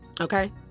okay